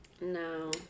No